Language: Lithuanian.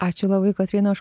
ačiū labai kotryna už